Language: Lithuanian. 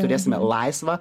turėsime laisvą